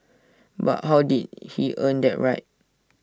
but how did he earn that right